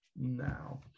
now